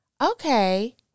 okay